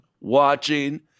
watching